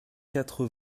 quatre